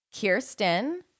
Kirsten